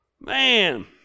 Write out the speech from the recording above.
Man